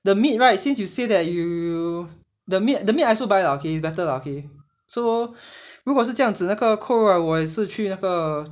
the meat right since you say that you you you the meat the meat I also buy lah okay better lah okay so 如果是这样子那个扣肉 ah 我也是去那个